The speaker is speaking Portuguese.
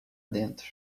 dentro